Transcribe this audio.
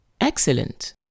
Excellent